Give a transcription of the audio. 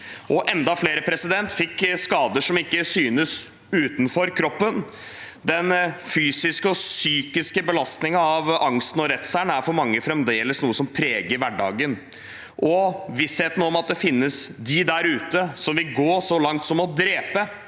Enda flere fikk skader som ikke synes utenpå kroppen. Den fysiske og psykiske belastningen av angsten og redselen er for mange fremdeles noe som preger hverdagen. Man lever med vissheten om at det finnes noen der ute som vil gå så langt som til å drepe,